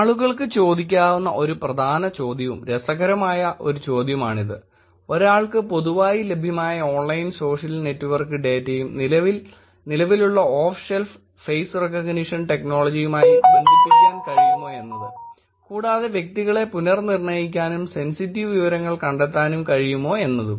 ആളുകൾക്ക് ചോദിക്കാവുന്ന ഒരു പ്രധാന ചോദ്യവും രസകരമായ ഒരു ചോദ്യവുമാണ് ഒരാൾക്ക് പൊതുവായി ലഭ്യമായ ഓൺലൈൻ സോഷ്യൽ നെറ്റ്വർക്ക് ഡേറ്റയും നിലവിലുള്ള ഓഫ് ഷെൽഫ് ഫെയ്സ് റെക്കഗ്നിഷൻ ടെക്നോളജിയുമായി ബന്ധിപ്പിക്കാൻ കഴിയുമോ എന്നത് കൂടാതെ വ്യക്തികളെ പുനർനിർണയിക്കാനും സെൻസിറ്റീവ് വിവരങ്ങൾ കണ്ടെത്താനും കഴിയുമോ എന്നതും